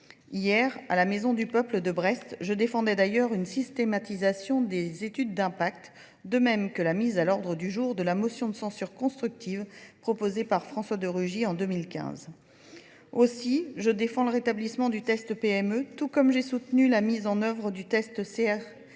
Hier, à la Maison du peuple de Brest, je défendais d'ailleurs une systématisation des études d'impact, de même que la mise à l'ordre du jour de la motion de censure constructive proposée par François de Rugy en 2015. Aussi, je défends le rétablissement du test PME, tout comme j'ai soutenu la mise en œuvre du test CRSD,